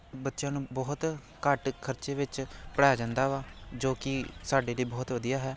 ਬੱਚਿਆਂ ਨੂੰ ਬਹੁਤ ਘੱਟ ਖਰਚੇ ਵਿੱਚ ਪੜ੍ਹਾਇਆ ਜਾਂਦਾ ਵਾ ਜੋ ਕਿ ਸਾਡੇ ਲਈ ਬਹੁਤ ਵਧੀਆ ਹੈ